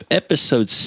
episode